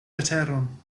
leteron